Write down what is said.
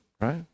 right